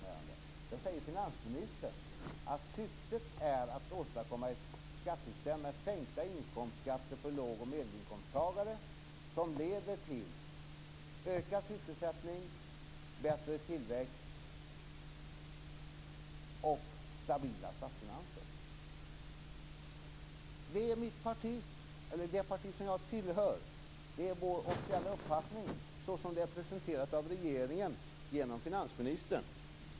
Där säger finansministern att syftet är att åstadkomma ett skattesystem med sänkta inkomstskatter för låg och medelinkomsttagare som leder till ökad sysselsättning, bättre tillväxt och stabila statsfinanser. Detta är uppfattningen hos det parti som jag tillhör såsom det är presenterat av regeringen genom finansministern.